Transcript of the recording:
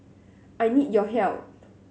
I need your help